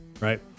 right